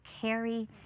carry